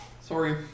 Sorry